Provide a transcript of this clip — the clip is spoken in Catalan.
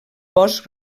bosc